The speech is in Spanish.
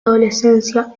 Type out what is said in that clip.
adolescencia